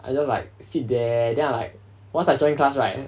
I just like sit there then I like once I join class right